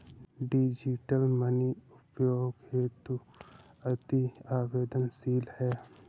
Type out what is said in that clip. digital money उपयोग हेतु अति सवेंदनशील है